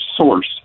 source